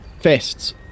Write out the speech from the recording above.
fists